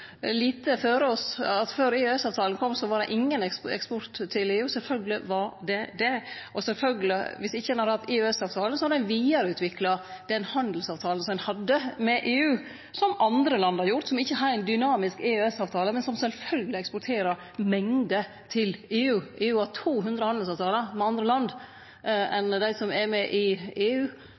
lite føre oss at før EØS-avtalen kom, var det ingen eksport til EU? Sjølvsagt var det det. Og sjølvsagt, dersom ein ikkje hadde hatt EØS-avtalen, hadde ein vidareutvikla den handelsavtalen som ein hadde med EU, som andre land har gjort som ikkje har ein dynamisk EØS-avtale, men som sjølvsagt eksporterer mengder til EU. EU har 200 handelsavtalar med andre land enn dei som er med i EU.